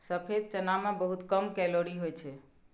सफेद चना मे बहुत कम कैलोरी होइ छै